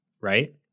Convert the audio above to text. right